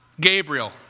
Gabriel